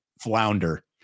flounder